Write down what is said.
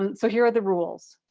um so here are the rules.